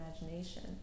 imagination